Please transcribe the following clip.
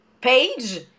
page